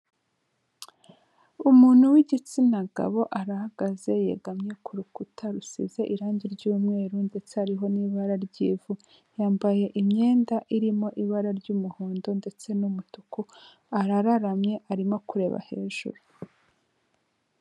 Umuntu w'igitsina gabo arahagaze yegamye ku rukuta rusize irangi ry'umweru ndetse hariho n'ibara ry'ivu yambaye imyenda irimo ibara ry'umuhondo ndetse n'umutuku arararamye arimo kureba hejuru.